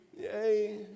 Yay